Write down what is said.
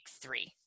three